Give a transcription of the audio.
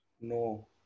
No